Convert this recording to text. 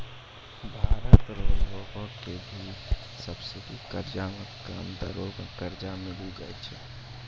भारत रो लगो के भी सब्सिडी कर्जा मे कम दरो मे कर्जा मिली जाय छै